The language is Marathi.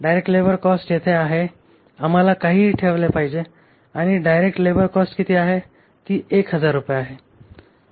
डायरेक्ट लेबर कॉस्ट येथे आहे आम्हाला काहीही ठेवले पाहिजे आणि डायरेक्ट लेबर कॉस्ट किती आहे ती १००० रुपये आहे